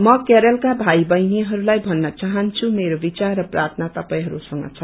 म केरलका भाई बहिनीहरूलाई भन्न चाहन्छु कि मेरो बिचार र प्रार्थना तपाईहरूसँग छ